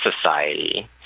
society